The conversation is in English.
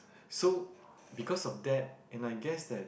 so because of that and I guess that